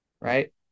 right